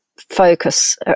focus